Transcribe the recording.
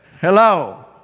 Hello